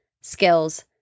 skills